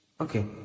Okay